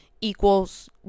equals